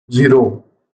zero